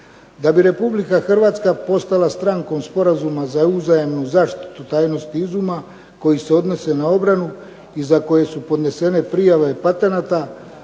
Da bi Republika Hrvatska postala strankom sporazuma za uzajamnu zaštitu tajnosti izuma koji se odnose na obranu i za koje su podnesene prijave patenata,